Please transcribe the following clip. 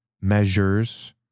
measures